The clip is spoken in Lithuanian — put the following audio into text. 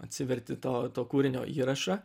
atsiverti to kūrinio įrašą